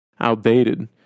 outdated